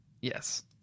Yes